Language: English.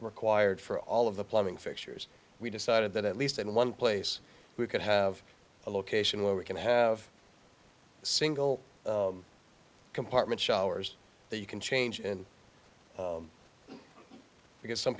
required for all of the plumbing fixtures we decided that at least in one place we could have a location where we can have a single compartment showers that you can change and because some